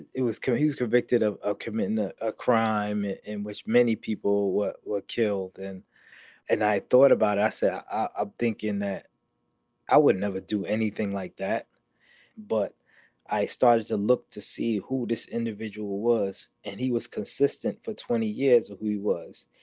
it was. kind of he's convicted of ah committing a crime in which many people were were killed and and i thought about assa. i'm thinking that i would never do anything like that but i started to look to see who this individual was. and he was consistent for twenty years. he was.